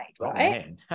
right